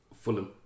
Fulham